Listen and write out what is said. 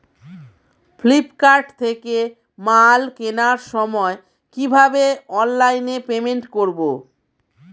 Flipkart থেকে মাল কেনার সময় কিভাবে অনলাইনে পেমেন্ট করব?